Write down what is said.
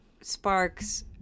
Sparks